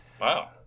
Wow